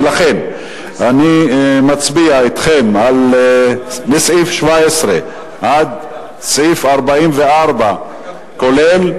לכן, אני מצביע, אתכם, מסעיף 17 עד סעיף 44 כולל,